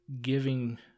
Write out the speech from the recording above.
giving